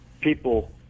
people